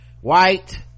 white